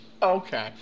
Okay